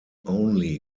only